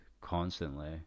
constantly